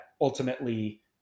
ultimately